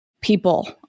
people